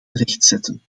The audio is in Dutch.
rechtzetten